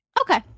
Okay